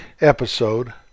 episode